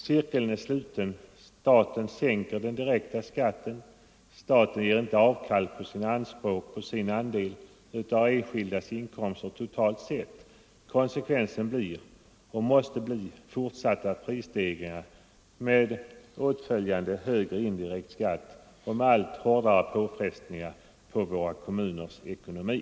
Cirkeln är sluten: staten sänker den direkta skatten, men man gör inte avkall på sina anspråk på sin andel av den enskildes inkomster totalt sett, och konsekvensen blir — och måste bli — fortsatta prisstegringar med åtföljande högre indirekt skatt och med allt hårdare påfrestningar på våra kommuners ekonomi.